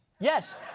Yes